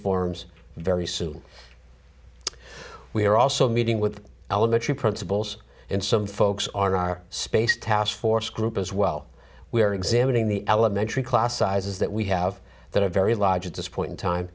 forms very soon we are also meeting with elementary principals and some folks are our space task force group as well we are examining the elementary class sizes that we have that are very large at this point in time